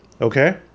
okay